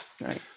Right